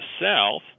south